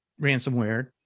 ransomware